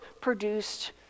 produced